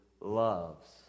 loves